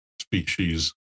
species